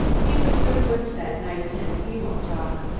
he was with woods that night and he won't talk.